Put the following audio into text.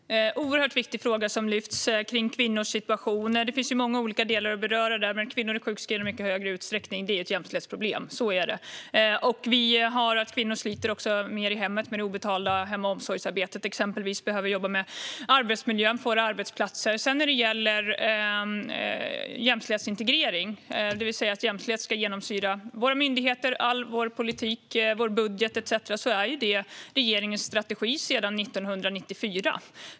Fru talman! Detta är en oerhört viktig fråga som gäller kvinnors situation. Det finns många olika delar att beröra där. Men att kvinnor är sjukskrivna i mycket högre utsträckning är ett jämställdhetsproblem. Så är det. Kvinnor sliter också mer i hemmet med det obetalda hem och omsorgsarbetet, exempelvis. Vi behöver arbeta med arbetsmiljön på våra arbetsplatser. När det gäller jämställdhetsintegrering, alltså att jämställdhet ska genomsyra våra myndigheter, all vår politik, vår budget etcetera, vill jag framhålla att detta är regeringens strategi sedan 1994.